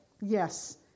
Yes